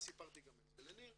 סיפרתי גם על זה לניר,